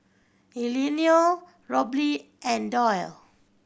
Eleonore Robley and Doyle